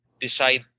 decide